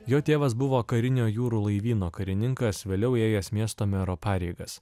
jo tėvas buvo karinio jūrų laivyno karininkas vėliau ėjęs miesto mero pareigas